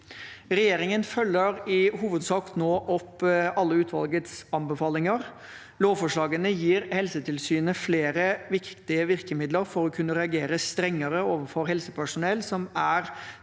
Regjeringen følger nå i hovedsak opp alle utvalgets anbefalinger. Lovforslagene gir Helsetilsynet flere viktige virkemidler for å kunne reagere strengere overfor helsepersonell som er